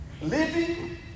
Living